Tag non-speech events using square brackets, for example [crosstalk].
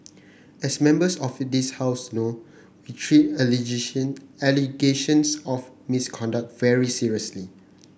as members of this House know we treat [unintelligible] allegations of misconduct very seriously